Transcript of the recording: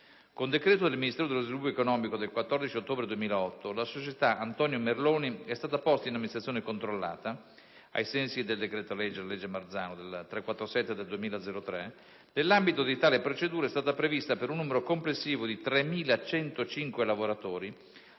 Con decreto del Ministero dello sviluppo economico del 14 ottobre 2008, la società Antonio Merloni è stata posta in amministrazione straordinaria, ai sensi del decreto-legge n. 347 del 2003 (cosiddetta legge Marzano). Nell'ambito di tale procedura è stata prevista, per un numero complessivo di 3.105 lavoratori,